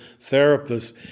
therapists